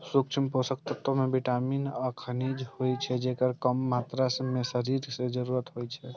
सूक्ष्म पोषक तत्व मे विटामिन आ खनिज होइ छै, जेकर कम मात्रा मे शरीर कें जरूरत होइ छै